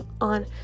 on